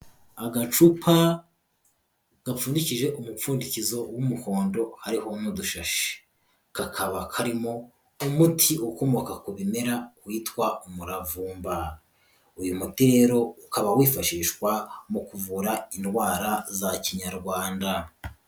Agacupa gapfundikije umupfundikizo w'umuhondo hariho n'udushashi. Kakaba karimo umuti ukomoka ku bimera witwa umuravumba. Uyu muti rero ukaba wifashishwa mu kuvura indwara za kinyarwanda.